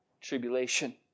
tribulation